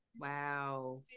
Wow